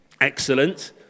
Excellent